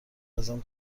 ازم